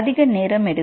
அதிக நேரம் எடுக்கும்